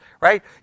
right